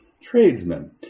tradesmen